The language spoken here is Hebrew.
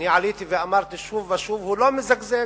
אני עליתי ואמרתי שוב ושוב: הוא לא מזגזג,